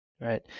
right